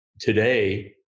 today